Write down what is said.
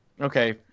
Okay